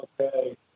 okay